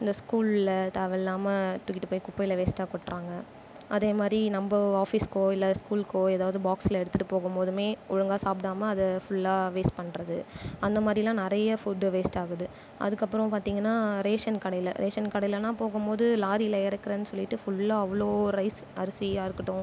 இந்த ஸ்கூலில் தேவையில்லாமல் தூக்கிட்டு போய் குப்பையில் வேஸ்ட்டாக கொட்டுறாங்க அதேமாதிரி நம்ம ஆஃபிஸ்கோ இல்லை ஸ்கூல்கோ ஏதாவது பாக்ஸில் எடுத்துகிட்டு போகும் போதுமே ஒழுங்காக சாப்பிடாம அதை ஃபுல்லாக வேஸ்ட் பண்கிறது அந்த மாதிரிலாம் நிறைய ஃபுட் வேஸ்ட் ஆகுது அதுக்கப்புறம் பார்த்திங்கன்னா ரேஷன் கடையில் ரேஷன் கடையெலாம் போகும் போது லாரியில் இறக்குறேன் சொல்லிட்டு ஃபுல்லாக அவ்வளோ ரைஸ் அரிசியாக இருக்கட்டும்